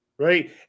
Right